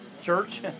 church